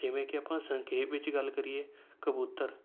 ਜਿਵੇਂ ਕਿ ਆਪਾਂ ਸੰਖੇਪ ਵਿੱਚ ਗੱਲ ਕਰੀਏ ਕਬੂਤਰ